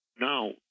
now